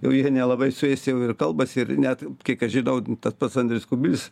jau jie nelabai su jais jau ir kalbasi ir net kiek aš žinau tas pats andrius kubilius